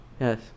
yes